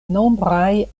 nombraj